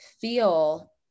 feel